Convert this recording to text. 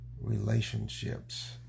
relationships